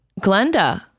Glenda